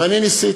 ואני ניסיתי,